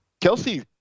Kelsey